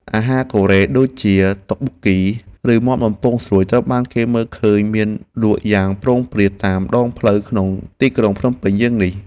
អាហារកូរ៉េដូចជាតុកបូគី ឬមាន់បំពងស្រួយត្រូវបានគេឃើញមានលក់យ៉ាងព្រោងព្រាតតាមដងផ្លូវក្នុងទីក្រុងភ្នំពេញយើងនេះ។